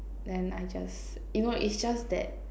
then I just you know is just that